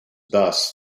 thus